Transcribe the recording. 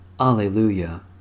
Alleluia